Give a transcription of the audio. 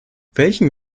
welchen